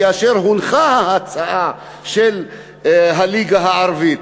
כאשר הונחה ההצעה של הליגה הערבית.